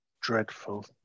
dreadful